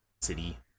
city